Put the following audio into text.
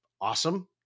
awesome